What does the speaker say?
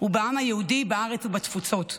ובעם היהודי בארץ ובתפוצות.